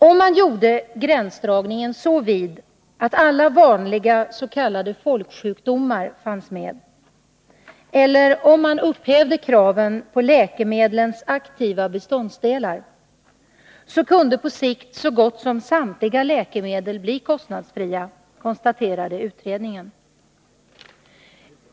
Om man gjorde gränsdragningen så vid att alla vanliga s.k. folksjukdomar fanns medtagna, eller om man upphävde kraven på läkemedlens aktiva beståndsdelar, kunde på sikt så gott som samtliga läkemedel bli kostnadsfria, konstaterade utredningen.